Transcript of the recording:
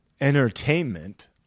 entertainment